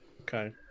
Okay